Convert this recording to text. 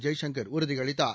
ஜெய்சங்கர் உறுதி அளித்தார்